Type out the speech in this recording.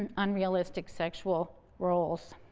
and unrealistic sexual roles.